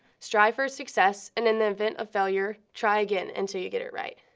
strive for success, and in the event of failure, try again until you get it right.